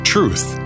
Truth